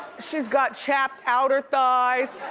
she's got chapped outer thighs.